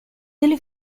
delle